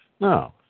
No